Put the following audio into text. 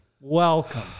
Welcome